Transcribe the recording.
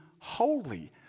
holy